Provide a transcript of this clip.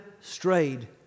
strayed